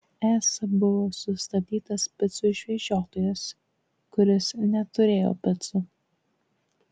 esą buvo sustabdytas picų išvežiotojas kuris neturėjo picų